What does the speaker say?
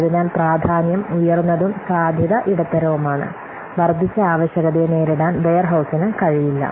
അതിനാൽ പ്രാധാന്യം ഉയർന്നതും സാധ്യത ഇടത്തരവുമാണ് വർദ്ധിച്ച ആവശ്യകതയെ നേരിടാൻ വെയർഹൌസിന് കഴിയില്ല